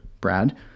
Brad